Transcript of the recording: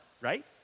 right